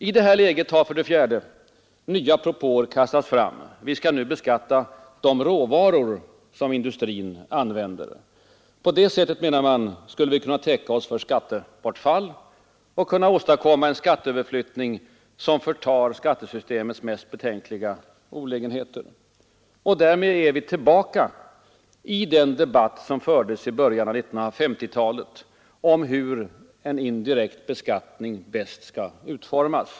I det här läget har för det fjärde nya propåer kastats fram: Vi skall nu beskatta de råvaror som industrin använder. På det sättet, menar man, skulle vi kunna täcka oss för skattebortfall och kunna åstadkomma en skatteöverflyttning som förtar skattesystemets mest betänkliga olägenheter. Därmed är vi tillbaka i den debatt som fördes i början av 1950-talet om hur en indirekt beskattning bäst skall utformas.